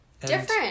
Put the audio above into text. different